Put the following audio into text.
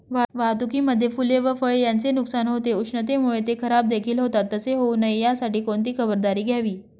वाहतुकीमध्ये फूले व फळे यांचे नुकसान होते, उष्णतेमुळे ते खराबदेखील होतात तसे होऊ नये यासाठी कोणती खबरदारी घ्यावी?